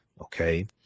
okay